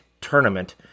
tournament